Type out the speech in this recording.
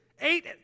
Eight